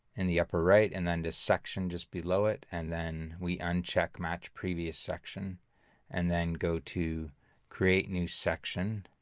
in the upper right and then this section just below it and then we uncheck match previous section and then go to create new section